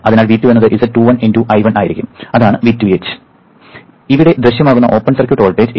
അതിനാൽ V2 എന്നത് Z21× × I1 ആയിരിക്കും അതാണ് Vth ഇവിടെ ദൃശ്യമാകുന്ന ഓപ്പൺ സർക്യൂട്ട് വോൾട്ടേജ്